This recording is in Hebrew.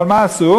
אבל מה עשו?